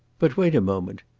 but wait a moment.